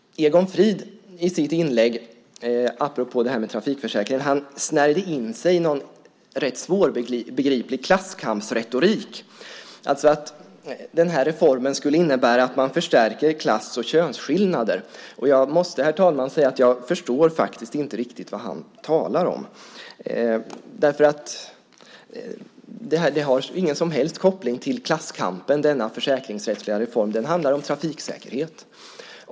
Egon Frid snärjde i sitt inlägg apropå trafikförsäkringen in sig i någon rätt svårbegriplig klasskampsretorik. Den här reformen skulle innebära att man förstärker klass och könsskillnader. Jag måste, herr talman, säga att jag faktiskt inte förstår riktigt vad han talar om. Denna försäkringsrättsliga reform har ingen som helst koppling till klasskampen. Den handlar om trafiksäkerhet.